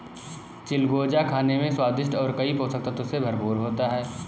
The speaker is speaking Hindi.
चिलगोजा खाने में स्वादिष्ट और कई पोषक तत्व से भरपूर होता है